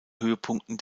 höhepunkten